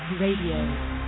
Radio